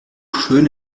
schön